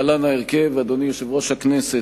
להלן ההרכב: אדוני יושב-ראש הכנסת,